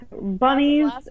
bunnies